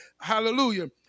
Hallelujah